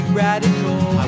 radical